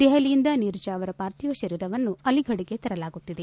ದೆಹಲಿಯಿಂದ ನೀರಜ್ ಅವರ ಪಾರ್ಥಿವ ಶರೀರವನ್ನು ಅಲಿಫಡ್ಗೆ ತರಲಾಗುತ್ತಿದೆ